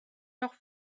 noch